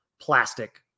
plastic